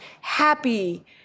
happy